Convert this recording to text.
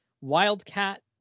Wildcat